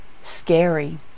Scary